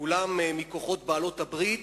כולם מכוחות בעלות-הברית,